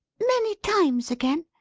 many times again!